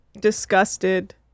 disgusted